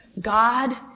God